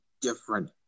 different